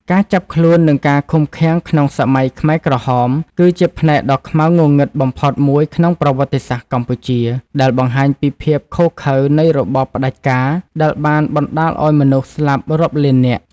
ការចាប់ខ្លួន និងការឃុំឃាំងក្នុងសម័យខ្មែរក្រហម គឺជាផ្នែកដ៏ខ្មៅងងឹតបំផុតមួយក្នុងប្រវត្តិសាស្ត្រកម្ពុជា ដែលបង្ហាញពីភាពឃោរឃៅនៃរបបផ្តាច់ការដែលបានបណ្តាលឱ្យមនុស្សស្លាប់រាប់លាននាក់។